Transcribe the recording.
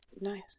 nice